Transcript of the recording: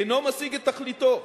אינו משיג את תכליתו.